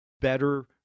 better